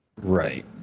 Right